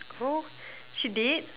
she did